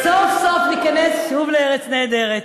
סוף-סוף ניכנס שוב ל"ארץ נהדרת".